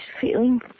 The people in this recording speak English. feeling